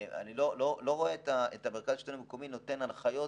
אני לא רואה את מרכז השלטון המקומי נותן הנחיות